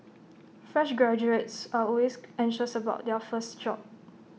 fresh graduates are always anxious about their first job